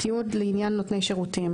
תיעוד לעניין נותני שירותים.